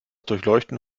durchleuchten